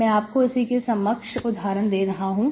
मैं आपको इसी के समकक्ष उदाहरण दे रहा हूं